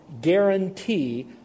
guarantee